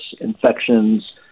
infections